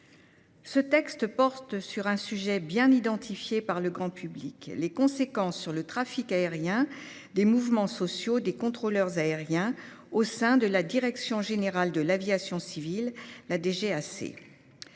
Ce texte porte sur un sujet bien identifié par le grand public : les conséquences sur le trafic aérien des mouvements sociaux des contrôleurs aériens employés au sein de la direction générale de l'aviation civile. Le cadre